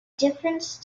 difference